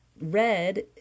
red